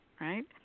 right